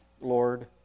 Lord